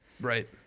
Right